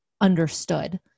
understood